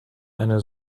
eine